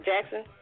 Jackson